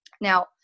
Now